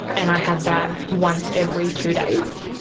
and i had that once every two days.